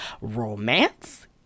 romance